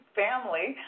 family